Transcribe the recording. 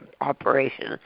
operation